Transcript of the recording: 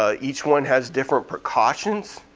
ah each one has different precautions.